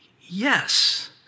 Yes